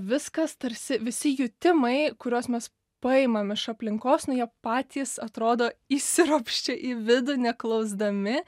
viskas tarsi visi jutimai kuriuos mes paimam iš aplinkos na jie patys atrodo įsiropščia į vidų neklausdami